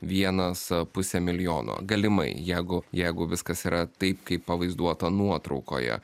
vienas pusę milijono galimai jegu jeigu viskas yra taip kaip pavaizduota nuotraukoje